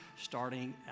starting